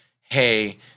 hey